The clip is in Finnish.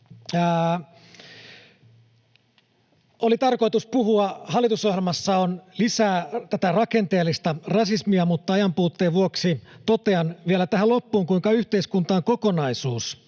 Oli tarkoitus puhua siitä, miten hallitusohjelmassa on lisää tätä rakenteellista rasismia. Mutta ajanpuutteen vuoksi totean vielä tähän loppuun, kuinka yhteiskunta on kokonaisuus